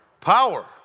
Power